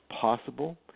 possible